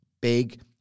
big